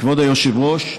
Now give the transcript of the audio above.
כבוד היושבת-ראש,